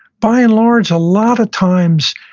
by and large, a lot of times,